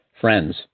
friends